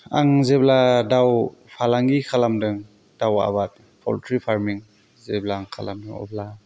आं जेब्ला दाव फालांगि खालामदों दाव आबाद पउल्ट्रि फार्मिं जेब्ला आं खालामो अब्ला